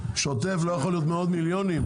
שוטף לא יכול להיות מאות מיליונים,